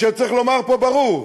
צריך לומר פה ברור: